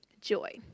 Joy